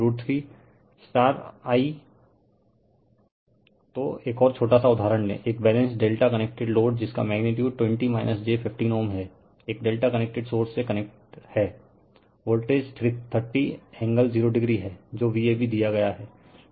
refer slide time 2119 तो एक और छोटा सा उदहारण ले एक बैलेंस्ड ∆ कनेक्टेड लोड जिसका मैग्नीटीयूड 20 j15 Ω है एक ∆ कनेक्टेड सोर्स से कनेक्ट है वोल्टेज 330 एंगल 0o है जो Vab दिया गया है